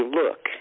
look